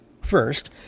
first